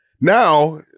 now